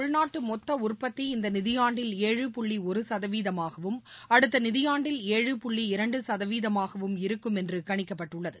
உள்நாட்டுமொத்தஉற்பத்தி நாட்டின் இந்தநிதியாண்டில் புள்ளிஒருசதவீதமாகவும் ஏழு அடுத்தநிதியாண்டில் ஏழு புள்ளி இரண்டுசதவீதமாகவும் இருக்கும் என்றுகணிக்கப்பட்டுள்ளது